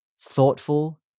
thoughtful